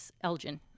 Elgin